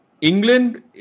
England